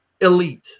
elite